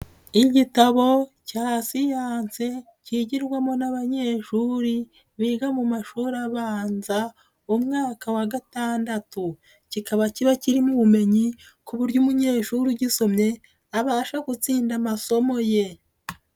Igitabo cya Siyanse kigirwamo n'abanyeshuri biga mu mashuri abanza umwaka wa gatandatu, kikaba kiba kirimo ubumenyi ku buryo umunyeshuri ugisomye, abasha gutsinda amasomo ye.